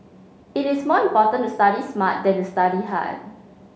it is more important to study smart than to study hard